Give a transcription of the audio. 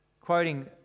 quoting